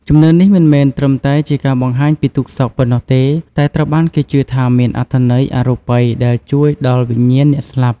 ជំនឿនេះមិនមែនត្រឹមតែជាការបង្ហាញពីទុក្ខសោកប៉ុណ្ណោះទេ តែត្រូវបានគេជឿថាមានអត្ថន័យអរូបិយដែលជួយដល់វិញ្ញាណអ្នកស្លាប់។